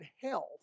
health